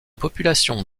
population